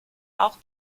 auch